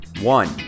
One